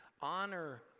Honor